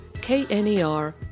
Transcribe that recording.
K-N-E-R